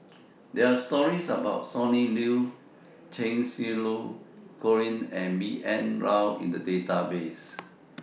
There Are stories about Sonny Liew Cheng Xinru Colin and B N Rao in The Database